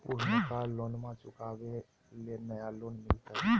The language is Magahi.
पुर्नका लोनमा चुकाबे ले नया लोन मिलते?